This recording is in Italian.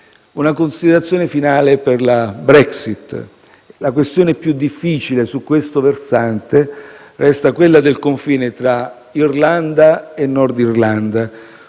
una considerazione finale sul tema della Brexit. La questione più difficile su questo versante resta quella del confine tra Irlanda e Nord Irlanda,